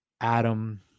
Adam